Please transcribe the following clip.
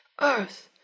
Earth